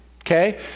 Okay